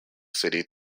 city